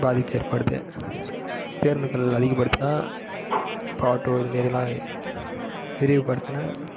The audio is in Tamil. பாதிப்பு ஏற்படுது பேருந்துகள் அதிகப்படுத்துனால் இப்போ ஆட்டோ இதுமாரிலாம் விரிவுப்படுத்துனால்